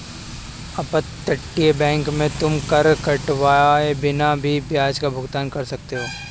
अपतटीय बैंक में तुम कर कटवाए बिना ही ब्याज का भुगतान कर सकते हो